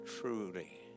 truly